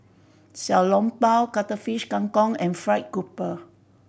Xiao Long Bao Cuttlefish Kang Kong and fried grouper